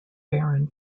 baron